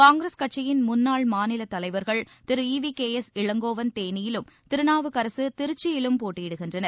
காங்கிரஸ் கட்சியின் முன்னாள் மாநிலத் தலைவா்கள் திரு E V K S Elangovan தேனியிலும் திருநாவுக்கரசு திருச்சியிலும் போட்டியிடுகின்றனர்